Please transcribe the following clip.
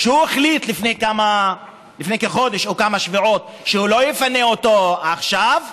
שהוא החליט לפני כחודש או כמה שבועות שהוא לא יפנה אותו עכשיו,